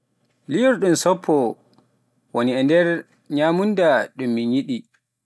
liyorɗun sappo woni e nder nyamunda ɗun mi yiɗi.